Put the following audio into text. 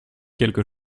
quelque